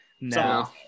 No